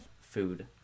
food